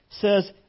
says